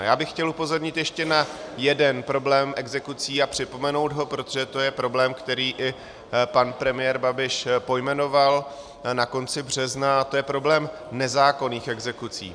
Já bych chtěl upozornit ještě na jeden problém exekucí a připomenout ho, protože to je problém, který i pan premiér Babiš pojmenoval na konci března, a to je problém nezákonných exekucí.